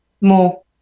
more